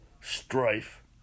strife